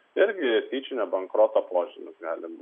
irgi tyčinio bankroto požymis gali būt